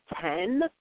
ten